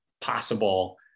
possible